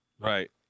right